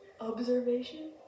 Observation